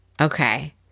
Okay